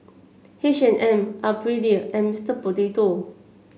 H and M Aprilia and Mr Potato